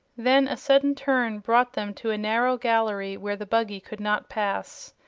then a sudden turn brought them to a narrow gallery where the buggy could not pass.